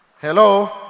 hello